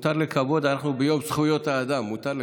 מותר לקוות.